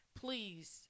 please